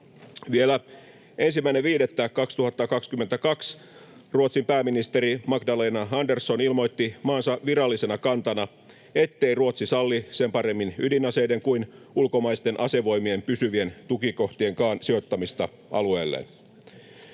1.5.2022 Ruotsin pääministeri Magdalena Andersson ilmoitti maansa virallisena kantana, ettei Ruotsi salli sen paremmin ydinaseiden kuin ulkomaisten asevoimien pysyvien tukikohtienkaan sijoittamista alueelleen.